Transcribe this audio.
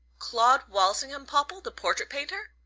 claud walsingham popple the portrait painter?